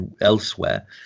elsewhere